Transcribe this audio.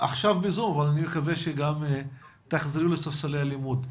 עכשיו בזום אבל אני מקווה שגם תחזרו לספסל הלימודים.